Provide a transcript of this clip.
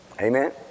Amen